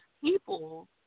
people